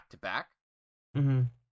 back-to-back